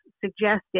Suggested